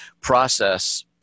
process